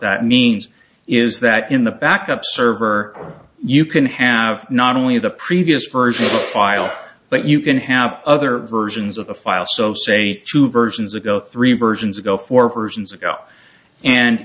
that means is that in the backup server you can have not only the previous version file but you can have other versions of the file so say two versions ago three versions ago four versions ago and